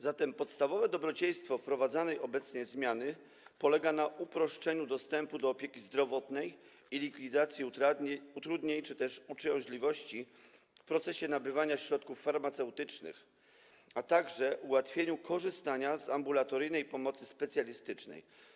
Zatem podstawowe dobrodziejstwo wprowadzanej obecnie zmiany polega na uproszczeniu dostępu do opieki zdrowotnej i likwidacji utrudnień czy też uciążliwości w procesie nabywania środków farmaceutycznych, a także ułatwieniu korzystania z ambulatoryjnej pomocy specjalistycznej.